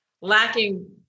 lacking